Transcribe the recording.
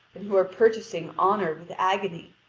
and who are purchasing honour with agony,